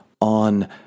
on